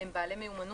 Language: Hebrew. הם בעלי מיומנות,